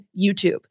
YouTube